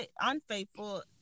unfaithful